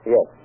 Yes